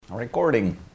Recording